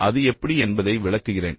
அது அது எப்படி என்பதை விளக்குகிறேன்